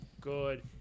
good